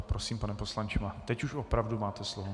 Prosím, pane poslanče, teď už opravdu máte slovo.